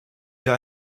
ihr